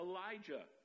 Elijah